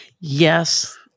Yes